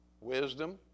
wisdom